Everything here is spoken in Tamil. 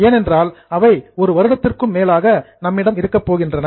ஏனென்றால் அவை ஒரு வருடத்திற்கும் மேலாக நம்மிடம் இருக்கப் போகின்றன